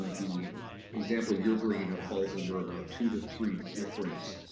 the example you're bring up falls under about two to three different